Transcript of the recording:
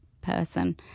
person